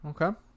Okay